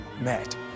met